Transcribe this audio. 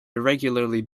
irregularly